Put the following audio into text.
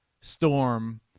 storm